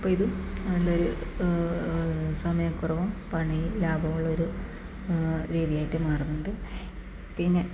അപ്പ ഇത് നല്ലൊരു സമയക്കുറവും പണി ലാഭമുള്ളൊരു രീതിയായിട്ട് മാറുന്നുണ്ട് പിന്നെ